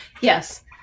Yes